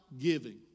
giving